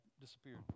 disappeared